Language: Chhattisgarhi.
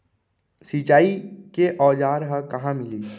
सिंचाई के औज़ार हा कहाँ मिलही?